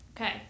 Okay